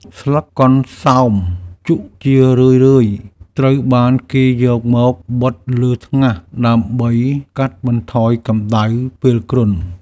ស្លឹកកន្សោមជក់ជារឿយៗត្រូវបានគេយកមកបិទលើថ្ងាសដើម្បីកាត់បន្ថយកម្តៅពេលគ្រុន។